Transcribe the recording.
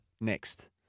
next